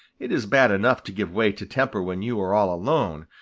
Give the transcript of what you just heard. it is bad enough to give way to temper when you are all alone,